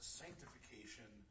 sanctification